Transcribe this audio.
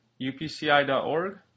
upci.org